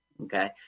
okay